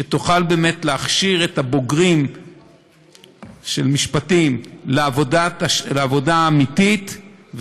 שתוכל להכשיר את הבוגרים של משפטים לעבודה אמיתית,